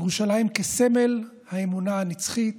ירושלים כסמל האמונה הנצחית